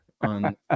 On